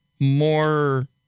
more